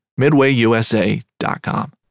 MidwayUSA.com